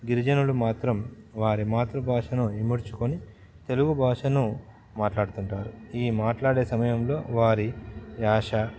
గిరిజనులు మాత్రం వారి మాతృభాషను ఇముడ్చుకుని తెలుగు భాషను మాట్లాడుతుంటారు ఈ మాట్లాడే సమయంలో వారి యాస